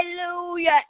Hallelujah